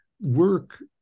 work